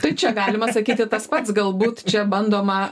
tai čia galima sakyti tas pats galbūt čia bandoma